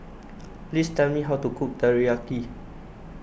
please tell me how to cook Teriyaki